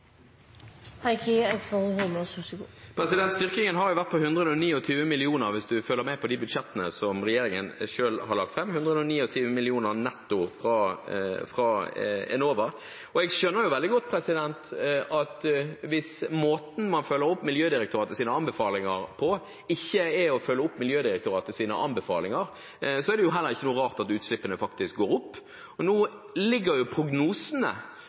Styrkingen har jo vært på 129 mill. kr, hvis man følger med på budsjettene regjeringen selv har lagt fram. 129 mill. kr netto fra Enova. Jeg skjønner jo veldig godt at hvis måten man følger opp Miljødirektoratets anbefalinger på, ikke er å følge opp Miljødirektoratets anbefalinger, er det heller ikke noe rart at utslippene faktisk går opp. Prognosene, slik de foreligger fra Miljødirektoratet, tyder på at utslippene kommer til å fortsette å gå oppover fram mot 2020. Da utslippene økte og